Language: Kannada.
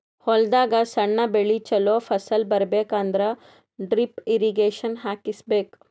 ಹೊಲದಾಗ್ ಸಣ್ಣ ಬೆಳಿ ಚೊಲೋ ಫಸಲ್ ಬರಬೇಕ್ ಅಂದ್ರ ಡ್ರಿಪ್ ಇರ್ರೀಗೇಷನ್ ಹಾಕಿಸ್ಬೇಕ್